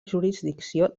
jurisdicció